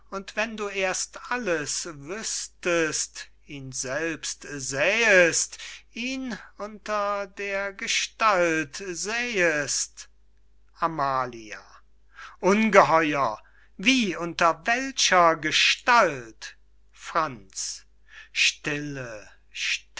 und wenn du erst alles wüßtest ihn selbst sähest ihn unter der gestalt sähest amalia ungeheuer wie unter welcher gestalt franz stille